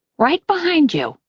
right behind you.